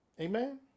Amen